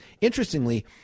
Interestingly